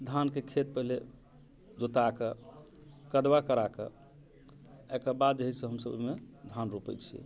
धानके खेत पहले जोताके कदवा कराके एहिके बाद जे है से हम सभ ओहिमे धान रोपै छी